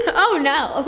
oh no.